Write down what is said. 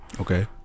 Okay